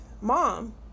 mom